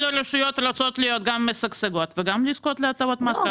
כל הרשויות רוצות להיות גם משגשגות וגם לזכות להטבות מס.